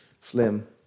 Slim